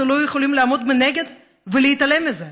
אנחנו לא יכולים לעמוד מנגד ולהתעלם מזה.